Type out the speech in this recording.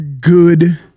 good